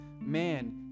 man